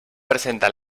presenta